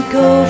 go